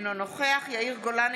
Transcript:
אינו נוכח יאיר גולן,